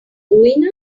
ruin